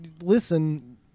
listen